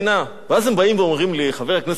ואז הם באים ואומרים לי: חבר הכנסת בן-ארי,